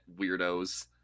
weirdos